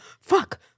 fuck